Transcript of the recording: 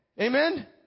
Amen